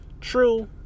True